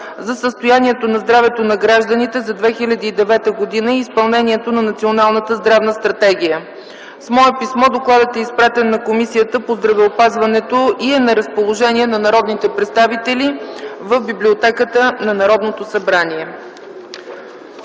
за състоянието на здравето на гражданите за 2009 г. и изпълнението на Националната здравна стратегия. С мое писмо докладът е изпратен на Комисията по здравеопазването и е на разположение на народните представители в Библиотеката на Народното събрание.